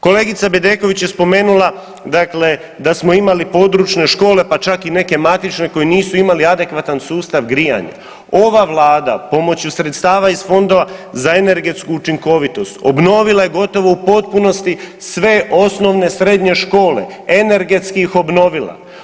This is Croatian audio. Kolegica Bedeković je spomenula da smo imali područne škole pa čak i neke matične koje nisu imale adekvatan sustav grijanja, ova Vlada pomoću sredstava iz fondova za energetsku učinkovitost obnovila je gotovo u potpunosti sve osnovne, srednje škole energetski ih obnovila.